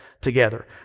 together